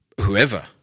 whoever